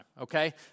Okay